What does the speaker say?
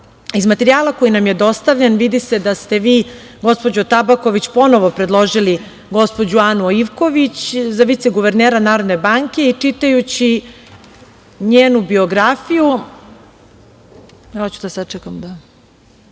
materijala koji nam je dostavljen vidi se da ste vi, gospođo Tabaković, ponovo predložili gospođu Anu Ivković za viceguvernera Narodne banke i čitajući njenu biografiju